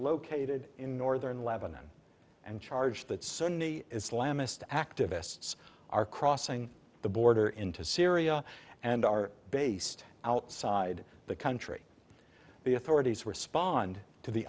located in northern lebanon and charged that certainly is lamis to activists are crossing the border into syria and are based outside the country the authorities responded to the